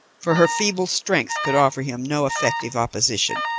for her feeble strength could offer him no effective opposition,